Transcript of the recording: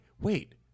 wait